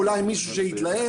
אולי מישהו שיתלהב,